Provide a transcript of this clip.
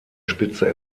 spitze